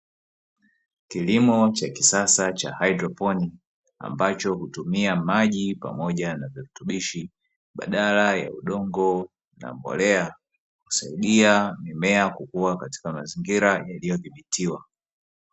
Kilimo cha kisasa cha haidroponi ambacho hutumia maji pamoja na virutubishi badala ya udongo na mbolea husaidia mimea kukua katika mazingira yaliyodhibitiwa.